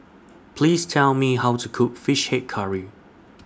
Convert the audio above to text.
Please Tell Me How to Cook Fish Head Curry